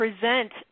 present